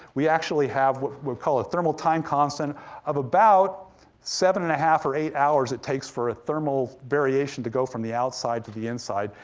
we actually have what we call a thermal time constant of about seven and a half or eight hours it takes for a thermal variation to go from the outside to the inside,